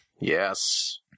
yes